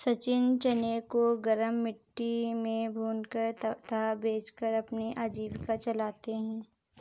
सचिन चने को गरम मिट्टी में भूनकर तथा बेचकर अपनी आजीविका चलाते हैं